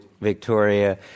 Victoria